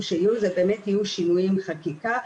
שיהיו זה באמת יהיו שינויי חקיקה.